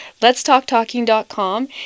letstalktalking.com